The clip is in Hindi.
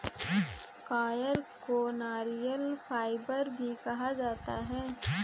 कॉयर को नारियल फाइबर भी कहा जाता है